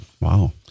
wow